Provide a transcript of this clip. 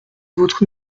votre